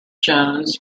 jones